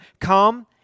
come